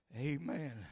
Amen